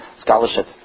scholarship